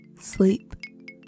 Sleep